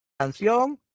Canción